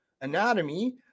anatomy